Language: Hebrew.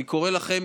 אני קורא לכם,